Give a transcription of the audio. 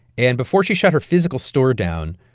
and before she shut her physical store down,